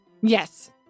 Yes